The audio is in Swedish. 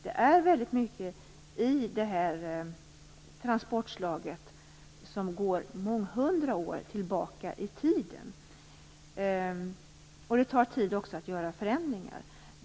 Det är väldigt mycket i det här transportslaget som går många hundra år tillbaka i tiden, och det tar tid att göra förändringar.